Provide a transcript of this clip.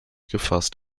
gefasst